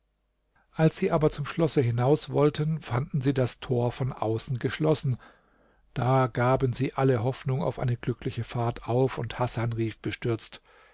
als sie aber zum schlosse hinaus wollten fanden sie das tor von außen geschlossen da gaben sie alle hoffnung auf eine glückliche fahrt auf und hasan rief bestürzt